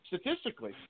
statistically